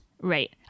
Right